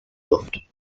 luft